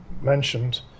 mentioned